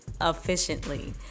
efficiently